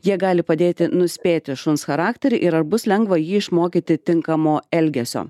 jie gali padėti nuspėti šuns charakterį ir ar bus lengva jį išmokyti tinkamo elgesio